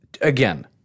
Again